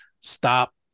stop